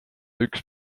üks